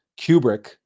Kubrick